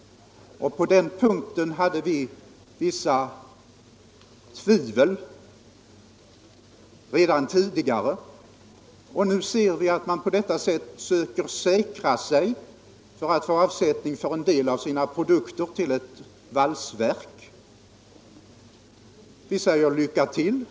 På den punkten hade vi vissa tvivel redan tidigare, och nu ser vi att man på detta sätt söker säkra sig för att få avsättning av en del av sina produkter till ett valsverk. Vi säger: Lycka till!